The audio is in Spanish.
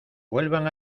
vuelvan